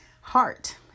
heart